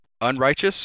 Unrighteous